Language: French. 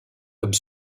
comme